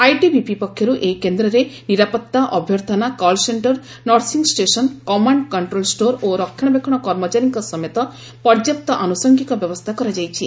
ITBP ପକ୍ଷର୍ ଏହି କେନ୍ଦ୍ରରେ ନିରାପତ୍ତା ଅଭ୍ୟର୍ଥନା call centre nursing station command control store ଓ ରକ୍ଷଣାବେକ୍ଷଣ କର୍ମଚାରୀଙ୍କ ସମେତ ପର୍ଯ୍ୟାପ୍ତ ଆନୁଷଙ୍ଗିକ ବ୍ୟବସ୍ଥା କରାଯାଇଛି